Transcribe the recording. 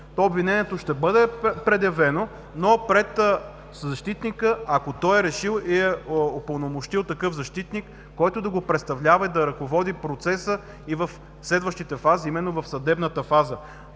Обвинението ще бъде предявено, но пред защитника, ако той е решил и е упълномощил такъв защитник, който да го представлява и да ръководи процеса и в следващата фаза, а именно в съдебната фаза.